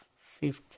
fifth